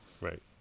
right